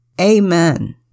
Amen